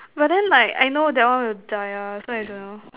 but then like I know that one will die ah so I don't know